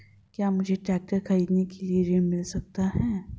क्या मुझे ट्रैक्टर खरीदने के लिए ऋण मिल सकता है?